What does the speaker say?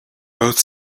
both